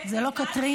זה לא קטרין?